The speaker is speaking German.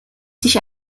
sich